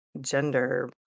gender